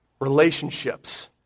relationships